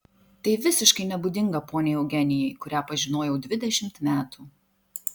tai visiškai nebūdinga poniai eugenijai kurią pažinojau dvidešimt metų